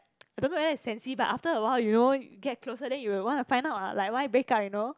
I don't know whether it's sensi but after awhile you know get closer then you will wanna find out lah like why break up you know